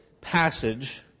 passage